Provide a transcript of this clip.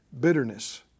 bitterness